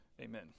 Amen